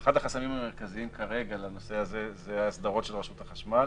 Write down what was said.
אחד החסמים המרכזיים כרגע לנושא הזה זה ההסדרות של רשות החשמל.